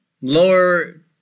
Lower